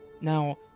Now